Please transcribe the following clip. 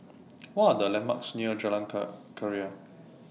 What Are The landmarks near Jalan Keria